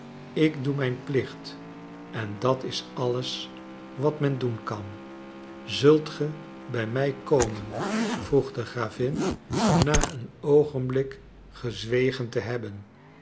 ik doe mijn plicht en dat is alles wat men doen kan zult ge bij mij komen vroeg de gravin na een oogenblik gezwegen te hebben